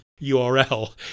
URL